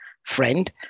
Friend